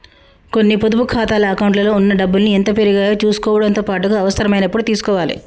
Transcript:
కొన్ని పొదుపు ఖాతాల అకౌంట్లలో ఉన్న డబ్బుల్ని ఎంత పెరిగాయో చుసుకోవడంతో పాటుగా అవసరమైనప్పుడు తీసుకోవాలే